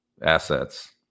assets